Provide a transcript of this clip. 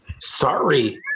Sorry